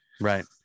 right